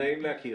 נעים להכיר.